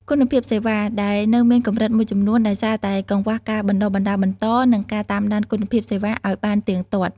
គុណភាពសេវា ដែលនៅមានកម្រិតមួយចំនួន ដោយសារតែកង្វះការបណ្តុះបណ្តាលបន្ត និងការតាមដានគុណភាពសេវាឱ្យបានទៀងទាត់។